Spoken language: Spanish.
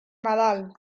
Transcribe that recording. nadal